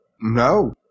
No